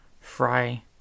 fry